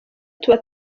tuba